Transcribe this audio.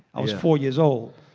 i was four years old.